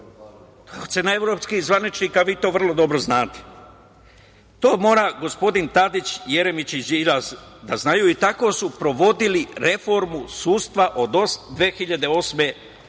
ocena evropskih zvaničnika i vi to vrlo dobro znate. To mora gospodin Tadić, Jeremić i Đilas da znaju. Tako su provodili reformu sudstva od 2008. do